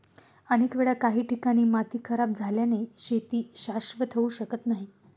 अनेक वेळा काही ठिकाणी माती खराब झाल्याने शेती शाश्वत होऊ शकत नाही